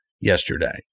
yesterday